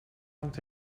hangt